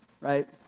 right